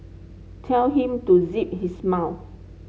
tell him to zip his mouth